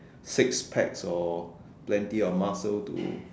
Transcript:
six packs or plenty of muscle to